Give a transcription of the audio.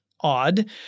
odd